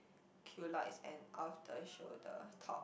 and off the shoulder top